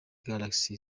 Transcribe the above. galaxy